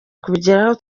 kubigeraho